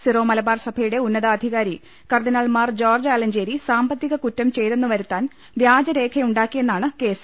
zero Malabar സഭയുടെ ഉന്നതാധികാരി കർദ്ദിനാൾ മാർ ആലഞ്ചേരി സാമ്പത്തിക കുറ്റം ചെയ്തെന്ന് വരുത്താൻ വ്യാജരേഖ യുണ്ടാക്കിയെന്നാണ് കേസ്